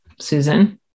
Susan